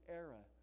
era